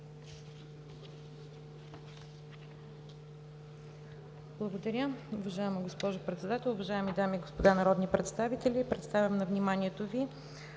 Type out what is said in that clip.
Благодаря.